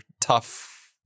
tough